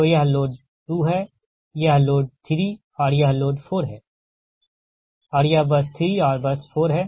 तो यह लोड 2 यह लोड 3 और यह लोड 4 है और यह बस 3 और बस 4 है